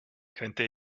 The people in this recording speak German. könnte